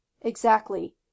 Exactly